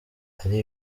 ari